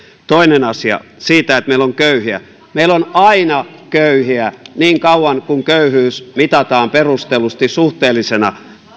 toiseen asiaan siitä että meillä on köyhiä meillä on aina köyhiä niin kauan kuin köyhyys mitataan perustellusti suhteellisena